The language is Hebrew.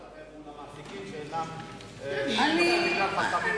ישראל להמשיך בטיפול ממוקד עד אשר אנחנו נגיע לאינטגרציה מלאה.